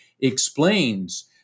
explains